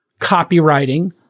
copywriting